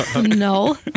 No